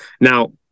Now